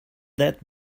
that